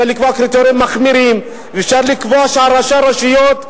אפשר לקבוע קריטריונים מחמירים ואפשר לקבוע שראשי הרשויות,